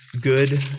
good